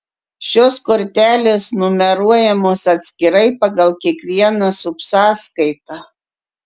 šios kortelės numeruojamos atskirai pagal kiekvieną subsąskaitą